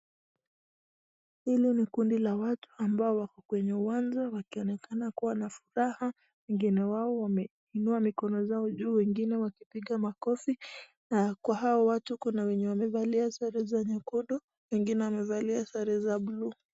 Hili ni kundi la watu, ambao wako kwenye uwanja, wakionekana kuwa na furaha, wengine wao wameinua mikono zao juu wengine wakipiga makofi na kwa hawa watu kuna wenye wamevalia sare za nyekundu, wengine wamevalia sare za bluu.